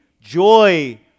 joy